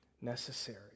necessary